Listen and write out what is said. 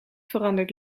verandert